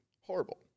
Horrible